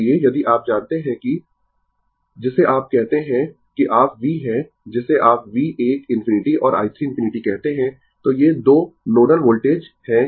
इसलिए यदि आप जानते है कि जिसे आप कहते है कि आप V है जिसे आप V 1 ∞ और i 3 ∞ कहते है तो ये 2 नोडल वोल्टेज है